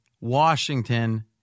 Washington